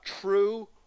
true